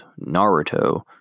Naruto